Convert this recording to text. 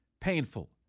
painful